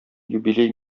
юбилей